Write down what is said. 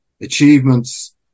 achievements